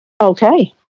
Okay